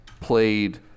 played